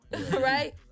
right